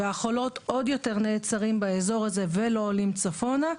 והחולות עוד יותר נעצרים באזור הזה ולא עולים צפונה,